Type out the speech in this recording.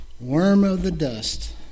worm-of-the-dust